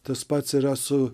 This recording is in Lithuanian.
tas pats yra su